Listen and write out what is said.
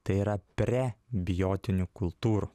tai yra prebiotinių kultūrų